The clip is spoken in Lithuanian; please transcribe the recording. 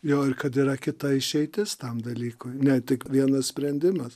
jo ir kad yra kita išeitis tam dalykui ne tik vienas sprendimas